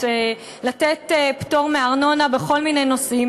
לתת פטור מארנונה בכל מיני נושאים,